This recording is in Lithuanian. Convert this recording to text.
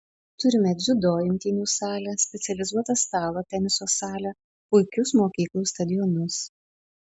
turime dziudo imtynių salę specializuotą stalo teniso salę puikius mokyklų stadionus